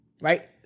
right